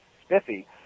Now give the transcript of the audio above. spiffy